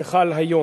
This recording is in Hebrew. שחל היום.